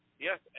Yes